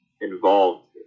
involved